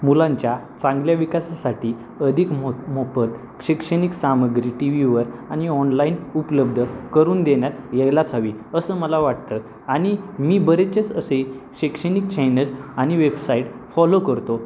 मुलांच्या चांगल्या विकासासाठी अधिक मो मोफत शैक्षणिक सामग्री टी व्हीवर आणि ऑनलाईन उपलब्ध करून देण्यात यायलाच हवी असं मला वाटतं आणि मी बरेचसेच असे शैक्षणिक चॅनल आणि वेबसाईट फॉलो करतो